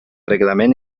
reglament